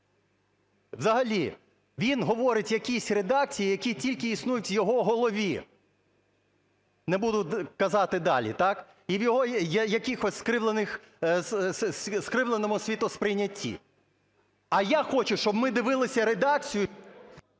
Взагалі він говорить якісь редакції, які тільки існують в його голові, не буду казати далі, так, і в його якихось скривлених... скривленому світосприйнятті. А я хочу, щоб ми дивилися редакцію...